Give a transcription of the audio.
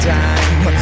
time